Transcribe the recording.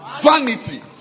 vanity